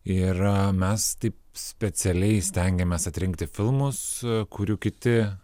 ir mes taip specialiai stengiamės atrinkti filmus kurių kiti